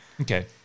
Okay